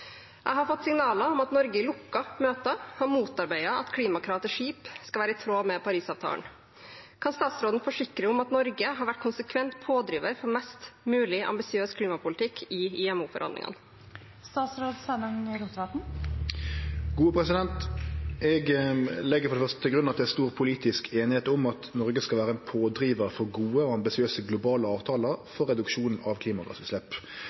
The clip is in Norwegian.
Jeg har fått signaler om at Norge i lukkede møter har motarbeidet at klimakrav til skip skal være i tråd med Parisavtalen. Kan statsråden forsikre om at Norge har vært en konsekvent pådriver for en mest mulig ambisiøs klimapolitikk i IMO-forhandlingene?» Eg legg for det første til grunn at det er stor politisk einigheit om at Noreg skal vere ein pådrivar for gode og ambisiøse globale avtalar om reduksjon av